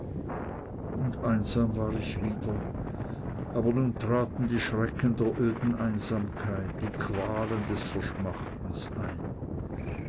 und einsam war ich wieder aber nun traten die schrecken der öden einsamkeit die qualen des verschmachtens ein